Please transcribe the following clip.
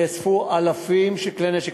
נאספו אלפים של כלי נשק.